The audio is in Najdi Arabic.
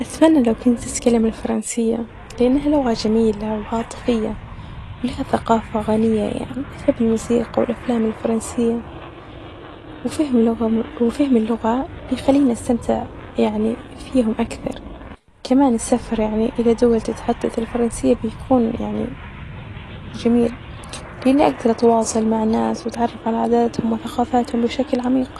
أتمني لو كنت أتكلم الفرنسية لأنها لغة جميلة وعاطفية ولها ثقافة غنية يعني أحب الموسيقي والأفلام الفرنسية، وفهم لغه-وفهم اللغة بيخليني أستمتع يعني فيهم أكثر، كمان السفر يعني إذا دول تتحدث الفرنسية بيكون يعني جميل، لإني أجدر أتواصل مع الناس وأتعرف علي عاداتهم وثقافاتهم بشكل عميق.